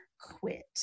quit